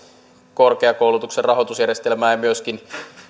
korkeakoulutuksen rahoitusjärjestelmää ja myöskin